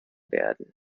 werden